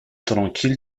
tranquille